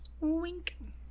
Wink